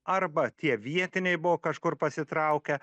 arba tie vietiniai buvo kažkur pasitraukę